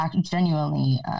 genuinely